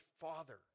Father